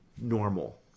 normal